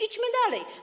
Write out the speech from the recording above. Idźmy dalej.